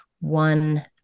one